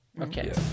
okay